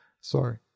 Sorry